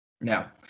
Now